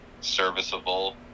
serviceable